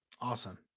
Awesome